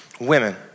women